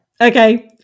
Okay